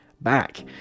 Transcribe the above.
back